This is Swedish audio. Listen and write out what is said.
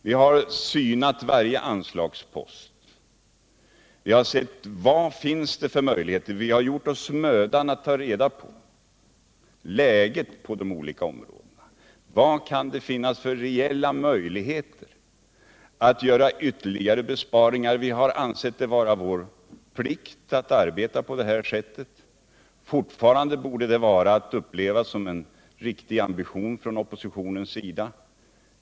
Vi har synat varje anslagspost. Vi har sett efter vad det finns för möjligheter. Vi har gjort oss mödan att ta reda på läget på de olika områdena, vad det kan finnas för reella möjligheter att göra ytterligare besparingar. Vi har ansett det vara vår plikt att arbeta på det här sättet. Fortfarande borde det upplevas som en riktig ambition från oppositionens sida.